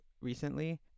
recently